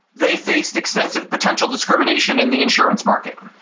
they faced extensive potential discrimination in the insurance market.